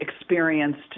experienced